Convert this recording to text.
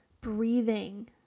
Breathing